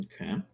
Okay